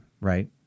right